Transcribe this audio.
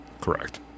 Correct